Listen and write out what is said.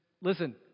Listen